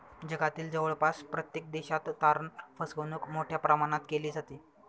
जगातील जवळपास प्रत्येक देशात तारण फसवणूक मोठ्या प्रमाणात केली जाते